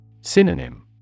Synonym